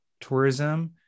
tourism